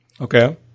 Okay